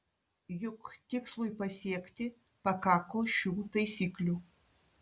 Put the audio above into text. juk tikslui pasiekti pakako šių taisyklių